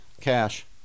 cash